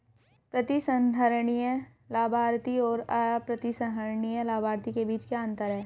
प्रतिसंहरणीय लाभार्थी और अप्रतिसंहरणीय लाभार्थी के बीच क्या अंतर है?